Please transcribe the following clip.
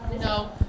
No